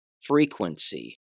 frequency